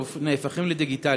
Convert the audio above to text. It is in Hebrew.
והם נהפכים לדיגיטליים.